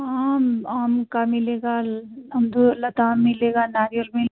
आम आम का मिलेगा अंगूर लता मिलेगा नारियल मिल